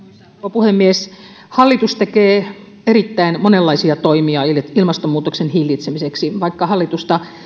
puhemies hallitus tekee erittäin monenlaisia toimia ilmastonmuutoksen hillitsemiseksi vaikka hallitusta